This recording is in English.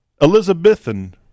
Elizabethan